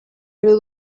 riu